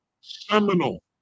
seminal